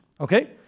Okay